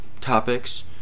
topics